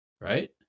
right